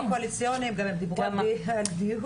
ההסכמים הקואליציוניים דיברו גם על דיור.